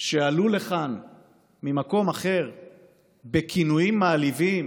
שעלו לכאן ממקום אחר בכינויים מעליבים,